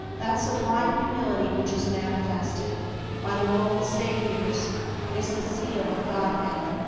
that sublime humility which is manifested by the world's saviors is the seal of godhead,